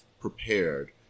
prepared